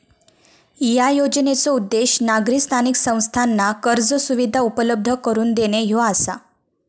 या योजनेचो उद्देश नागरी स्थानिक संस्थांना कर्ज सुविधा उपलब्ध करून देणे ह्यो आसा